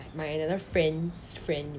my another friend's friend